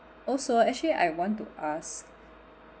also actually I want to ask